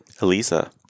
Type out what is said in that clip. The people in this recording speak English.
Elisa